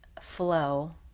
flow